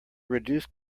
reduced